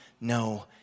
no